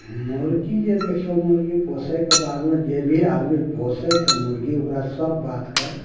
मुर्गी जे देखियौ मुर्गी पोसयके बादमे जे भी आदमी पोसय छै मुर्गी ओकरा सब बातके